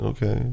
Okay